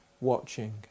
watching